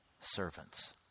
servants